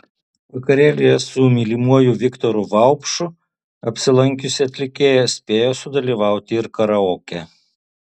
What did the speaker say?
vakarėlyje su mylimuoju viktoru vaupšu apsilankiusi atlikėja spėjo sudalyvauti ir karaoke